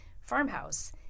farmhouse